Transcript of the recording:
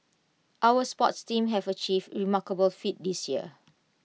our sports teams have achieved remarkable feats this year